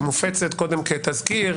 היא מופצת קודם כתזכיר,